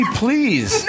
please